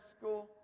school